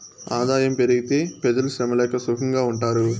ఆదాయం పెరిగితే పెజలు శ్రమ లేక సుకంగా ఉంటారు